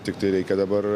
tiktai reikia dabar